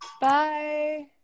Bye